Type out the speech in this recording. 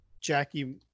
Jackie